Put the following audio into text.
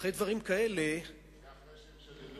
אחרי דברים כאלה, זה אחרי שהם שדדו